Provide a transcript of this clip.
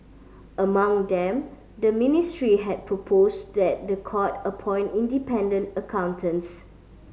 among them the ministry had proposed that the court appoint independent accountants